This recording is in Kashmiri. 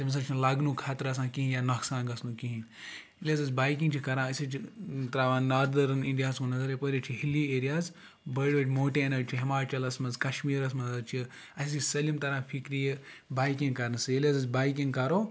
تٔمِس حظ چھِنہٕ لَگنُک خطرٕ آسان کِہیٖنۍ یا نۄقصان کِہیٖنۍ ییٚلہِ حظ أسۍ بایِکِنٛگ چھِ کَران أسۍ حظ چھِ ترٛاوان ناردٲرٕن اِنڈیا ہَس کُن نظر یَپٲرۍ حظ چھِ ہِلی ایریاز بٔڈ بٔڈ موٹینٕز چھِ ہِماچَلَس منٛز کَشمیٖرَس منٛز حظ چھِ اَسہِ حظ چھِ سٲلِم تَران فِکرِ یہِ بایِکِنٛگ کَرنہٕ سۭتۍ ییٚلہِ حظ أسۍ بایِکِنٛگ کَرو